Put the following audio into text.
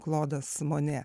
klodas monė